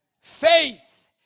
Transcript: Faith